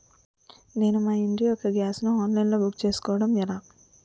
నేను మా ఇంటి యెక్క గ్యాస్ ను ఆన్లైన్ లో బుక్ చేసుకోవడం ఎలా?